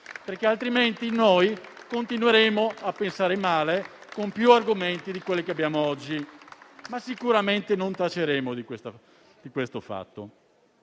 Altrimenti noi continueremo a pensare male con più argomenti di quelli che abbiamo oggi, ma sicuramente non taceremo questo fatto.